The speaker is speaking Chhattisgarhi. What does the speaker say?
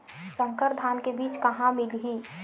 संकर धान के बीज कहां मिलही?